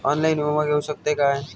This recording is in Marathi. ऑनलाइन विमा घेऊ शकतय का?